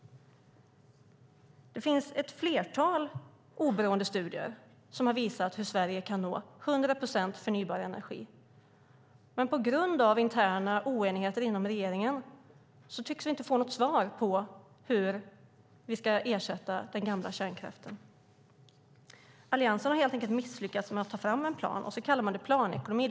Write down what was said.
Det finns ett flertal oberoende studier som visar hur Sverige kan nå 100 procent förnybar energi. Men på grund av interna oenigheter inom regeringen tycks vi inte få något svar på hur vi ska ersätta den gamla kärnkraften. Alliansen har helt enkelt misslyckats med att ta fram en plan, och så kallar man det för planekonomi.